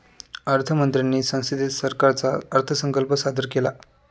अर्थ मंत्र्यांनी संसदेत सरकारचा अर्थसंकल्प सादर केला